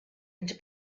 into